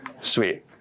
Sweet